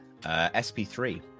SP3